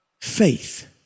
Faith